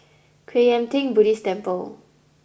Kwan Yam Theng Buddhist Temple